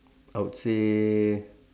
I would say